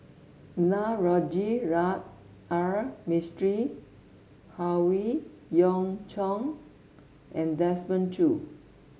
Navroji R Mistri Howe Yoon Chong and Desmond Choo